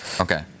Okay